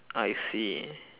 I see